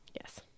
yes